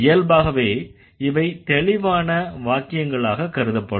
இயல்பாகவே இவை தெளிவான வாக்கியங்களாக கருதப்படும்